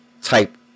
type